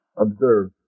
observe